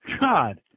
God